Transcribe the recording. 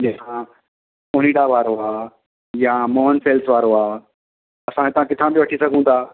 जंहिं खां ओनिडा वारो आहे या मोहन सेल्स वारो आहे असां इतां किथां बि वठी सघूं था